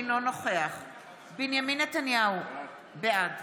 אינו נוכח בנימין נתניהו, בעד